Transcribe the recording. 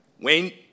Wayne